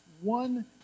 one